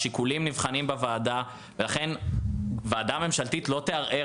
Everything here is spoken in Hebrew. השיקולים נבחנים בוועדה ולכן ועדה ממשלתית לא תערער